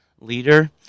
leader